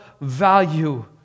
value